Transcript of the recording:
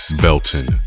Belton